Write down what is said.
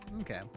Okay